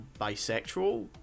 bisexual